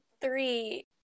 three